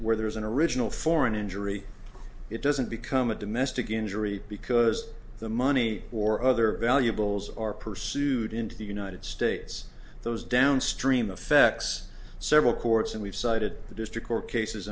where there is an original foreign injury it doesn't become a domestic injury because the money or other valuables are pursued into the united states those downstream effects several courts and we've cited the district court cases